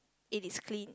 it is clean